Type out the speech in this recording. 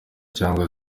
cyangwa